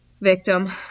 victim